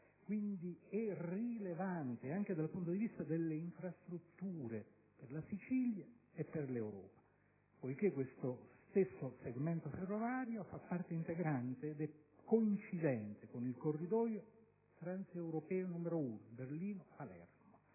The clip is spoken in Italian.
Raisi. È rilevante anche dal punto di vista delle infrastrutture per la Sicilia e l'Europa, perché questo stesso segmento ferroviario fa parte integrante ed è pertanto coincidente con il Corridoio transeuropeodell'asse ferroviario